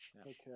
Okay